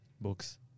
books